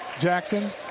Jackson